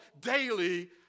daily